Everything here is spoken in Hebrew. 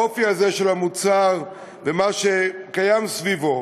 האופי הזה של המוצר ומה שקיים סביבו